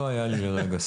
לא היה לי ספק.